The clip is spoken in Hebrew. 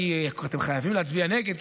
כי אתם חייבים להצביע נגד,